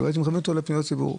היה פניות ציבור.